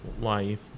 life